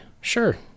Sure